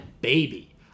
baby